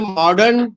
modern